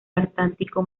antártico